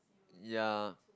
ya